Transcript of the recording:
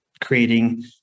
creating